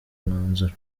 umwanzuro